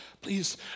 please